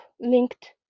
linked